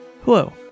Hello